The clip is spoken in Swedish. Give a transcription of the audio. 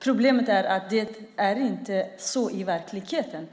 Problemet är att det inte är så i verkligheten.